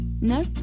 No